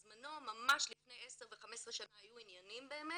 בזמנו ממש לפני 10 ו-15 שנה היו עניינים באמת